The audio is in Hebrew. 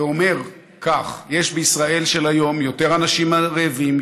ואומר כך: יש בישראל של היום יותר אנשים רעבים,